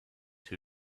who